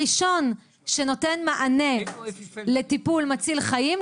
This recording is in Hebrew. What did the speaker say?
הראשון שנותן מענה לטיפול מציל חיים,